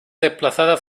desplazada